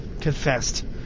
Confessed